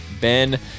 Ben